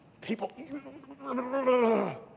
people